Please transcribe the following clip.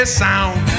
sound